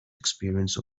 experience